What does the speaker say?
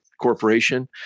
Corporation